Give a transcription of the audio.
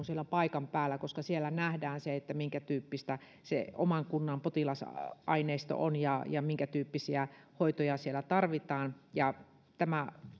siellä paikan päällä koska siellä nähdään se minkätyyppistä se oman kunnan potilasaineisto on ja ja minkätyyppisiä hoitoja siellä tarvitaan tämä